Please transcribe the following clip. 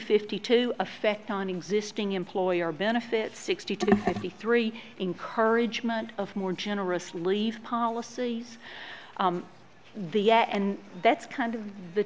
fifty to effect on existing employer benefit sixty to sixty three encouragement of more generous leave policies the yeah and that's kind of the